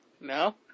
No